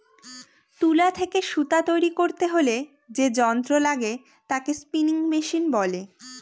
তুলা থেকে সুতা তৈরী করতে হলে যে যন্ত্র লাগে তাকে স্পিনিং মেশিন বলে